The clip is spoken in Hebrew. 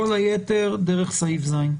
כל היתר דרך סעיף (ז).